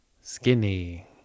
skinny